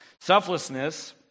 Selflessness